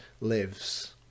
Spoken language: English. lives